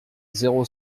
zéro